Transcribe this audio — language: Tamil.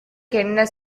கென்ன